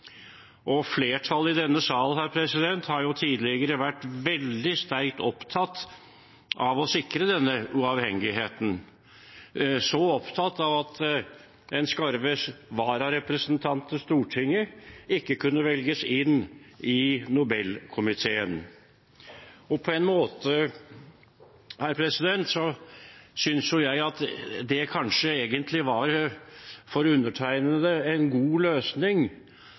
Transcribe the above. Flertallet i denne sal har tidligere vært veldig sterkt opptatt av å sikre denne uavhengigheten – opptatt av at en skarve vararepresentant til Stortinget ikke kunne velges inn i Nobelkomiteen. På en måte synes jeg egentlig at det for undertegnede kanskje var en god løsning, for hadde jeg vært valgt inn da jeg var